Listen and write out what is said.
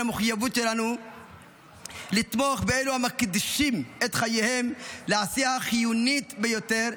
המחויבות שלנו לתמוך באלו המקדישים את חייהם לעשייה החיונית ביותר,